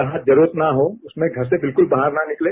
जहां जरूरत न हो उसमें घर से बिल्कुल बाहर न निकलें